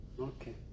Okay